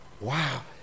wow